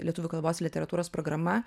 lietuvių kalbos ir literatūros programa